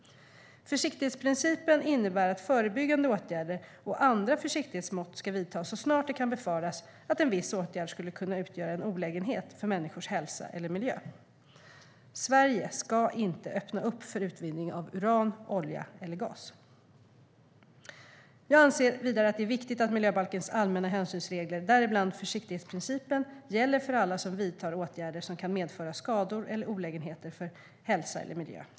Försiktighetsprincipen innebär att förebyggande åtgärder och andra försiktighetsmått ska vidtas så snart det kan befaras att en viss åtgärd skulle kunna utgöra en olägenhet för människors hälsa eller miljö. Sverige ska inte öppna upp för utvinning av uran, olja eller gas. Jag anser vidare att det är viktigt att miljöbalkens allmänna hänsynsregler, däribland försiktighetsprincipen, gäller för alla som vidtar åtgärder som kan medföra skador eller olägenheter för hälsa eller miljö.